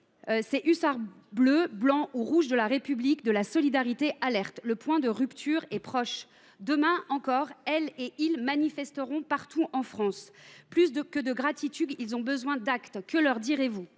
ces hussards bleus, blancs ou rouges de la République et de la solidarité alertent : le point de rupture est proche. Demain encore, ils manifesteront partout en France. Plus que de gratitude, ils ont besoin d’actes. Que leur direz vous ?